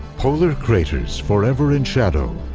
polar craters, forever in shadow,